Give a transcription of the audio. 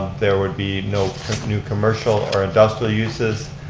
there would be no new commercial or industrial uses